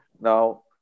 Now